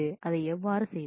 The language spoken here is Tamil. அதை எவ்வாறு செய்வது